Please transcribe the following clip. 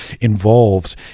involved